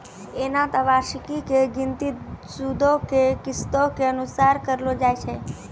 एना त वार्षिकी के गिनती सूदो के किस्तो के अनुसार करलो जाय छै